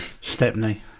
Stepney